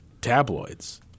tabloids